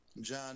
John